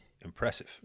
Impressive